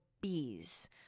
bees